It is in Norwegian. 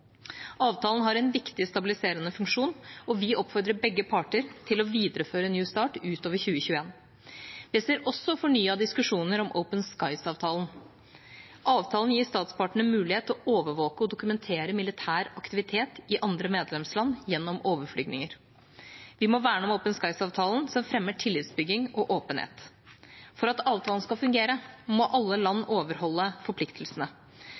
Avtalen har en viktig stabiliserende funksjon. Vi oppfordrer begge parter til å videreføre New Start utover 2021. Vi ser også fornyede diskusjoner om Open Skies-avtalen. Avtalen gir statspartene mulighet til å overvåke og dokumentere militær aktivitet i andre medlemsland gjennom overflygninger. Vi må verne om Open Skies-avtalen, som fremmer tillitsbygging og åpenhet. For at avtalen skal fungere, må alle land overholde forpliktelsene.